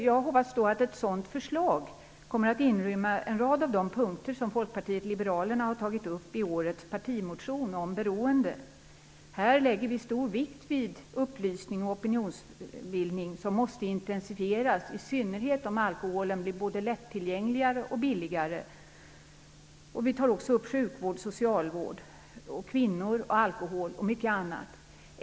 Jag hoppas att ett sådant förslag kommer att inrymma en rad av de punkter som Folkpartiet liberalerna har tagit upp i årets partimotion om beroende. Här lägger vi stor vikt vid upplysning och opinionsbildning. Det arbetet måste intensifieras, i synnerhet om alkoholen blir lättillgängligare och billigare. Vi tar också upp sjukvård och socialvård, kvinnor och alkohol och mycket annat.